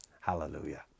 Hallelujah